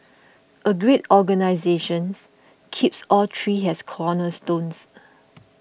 a great organisations keeps all three as cornerstones